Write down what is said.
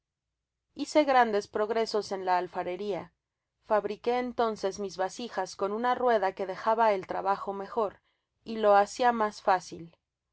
hice grandes progresos en la alfareria fabriqué entonces mis vasijas con una rueda que dejaba el trabajo mejor y lo hacia mas fácil